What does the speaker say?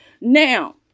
now